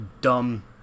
dumb